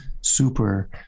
super